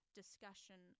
discussion